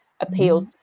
appeals